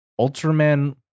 Ultraman